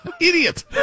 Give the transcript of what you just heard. Idiot